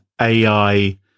AI